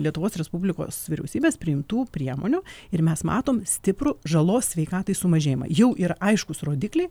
lietuvos respublikos vyriausybės priimtų priemonių ir mes matom stiprų žalos sveikatai sumažėjimą jau yra aiškūs rodikliai